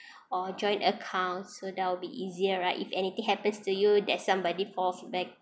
or joint account so that will be easier right if anything happens to you there's somebody falls back